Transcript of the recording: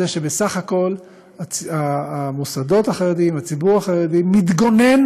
זה שבסך הכול המוסדות החרדיים הציבור החרדי מתגונן